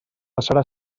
passarà